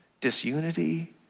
disunity